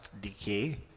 decay